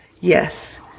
Yes